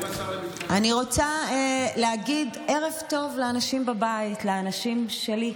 אני רוצה להגיד ערב טוב לאנשים בבית, לאנשים שלי,